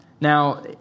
Now